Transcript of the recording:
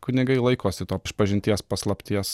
kunigai laikosi to išpažinties paslapties